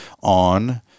on